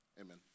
amen